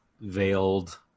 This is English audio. veiled